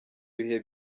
ibihe